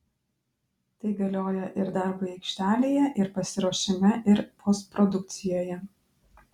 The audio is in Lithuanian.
tai galioja ir darbui aikštelėje ir pasiruošime ir postprodukcijoje